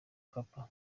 mkapa